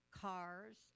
cars